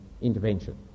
intervention